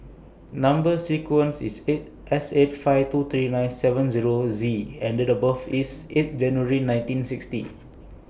Number sequence IS S eight five two three nine seven Zero Z and Date of birth IS eight January nineteen sixty